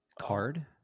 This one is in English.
Card